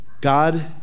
God